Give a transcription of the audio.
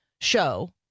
show